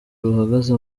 ruhagaze